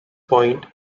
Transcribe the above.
point